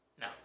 no